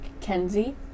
Kenzie